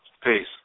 Peace